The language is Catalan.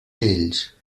ells